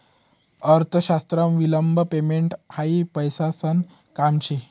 अर्थशास्त्रमा विलंब पेमेंट हायी पैसासन काम शे